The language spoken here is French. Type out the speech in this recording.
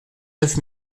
neuf